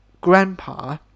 grandpa